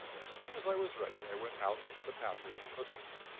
as soon as i was ready i went out into the passage and listened.